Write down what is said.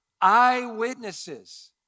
eyewitnesses